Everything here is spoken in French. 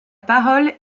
parole